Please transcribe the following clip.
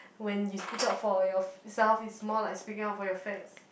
when you speak up for yourself it's more like speaking up for your fats